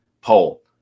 Poll